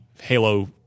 Halo